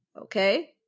okay